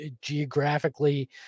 geographically